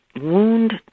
wound